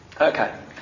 Okay